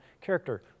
character